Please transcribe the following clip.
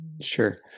Sure